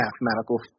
mathematical